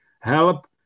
help